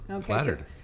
Flattered